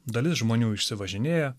dalis žmonių išsivažinėję